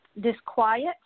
disquiet